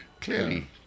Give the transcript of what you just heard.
clearly